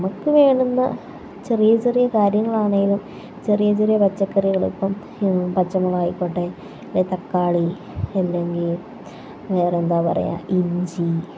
നമുക്ക് വേണ്ടുന്ന ചെറിയ ചെറിയ കാര്യങ്ങളാണെങ്കിലും ചെറിയ ചെറിയ പച്ചക്കറികൾ ഇപ്പം പച്ചമുളകായിക്കോട്ടെ തക്കാളി അല്ലെങ്കിൽ വേറെ എന്താണ് പറയുക ഇഞ്ചി